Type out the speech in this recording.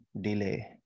delay